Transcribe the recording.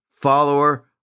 follower